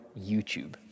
YouTube